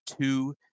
two